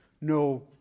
no